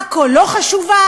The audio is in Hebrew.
עכו לא חשובה?